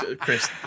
Chris